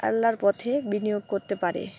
আল্লার পথে বিনিয়োগ করতে পারে